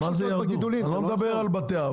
אני לא מדבר על בתי אב.